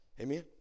Amen